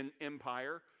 empire